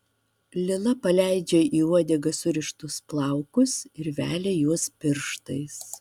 lila paleidžia į uodegą surištus plaukus ir velia juos pirštais